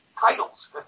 titles